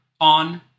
on